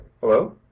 Hello